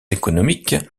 économiques